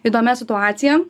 įdomia situacija